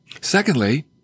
Secondly